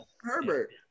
Herbert